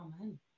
Amen